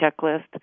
checklist